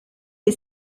est